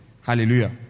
hallelujah